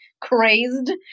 crazed